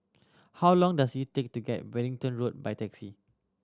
how long does it take to get Wellington Road by taxi